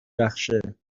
بخشه